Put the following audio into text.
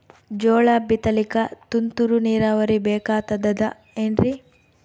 ಜೋಳ ಬಿತಲಿಕ ತುಂತುರ ನೀರಾವರಿ ಬೇಕಾಗತದ ಏನ್ರೀ?